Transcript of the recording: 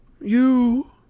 You